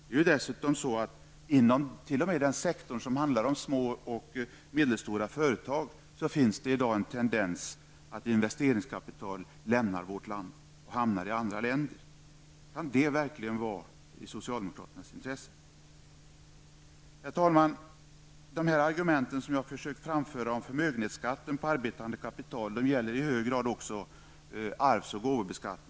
Det är ju dessutom så att det t.o.m. inom den sektor som innefattar små och medelstora företag, i dag finns en tendens att investeringskapital lämnar vårt land och hamnar i andra länder. Kan det verkligen vara i socialdemokraternas intresse? Herr talman! De argument som jag försökt framföra om förmögenhetsskatten på arbetande kapital gäller i hög grad även för arvs och gåvoskatten.